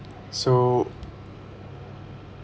so